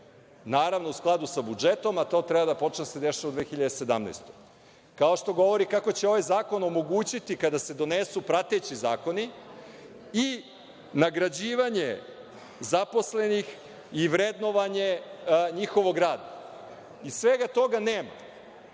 naravno u skladu sa budžetom, a to treba da počne da se dešava 2017. godini. Kao što govori kako će ovaj zakon omogućiti kada se donesu prateći zakoni i nagrađivanje zaposlenih i vrednovanje njihovog rada. I svega toga nema!